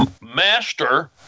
master